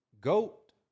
Goat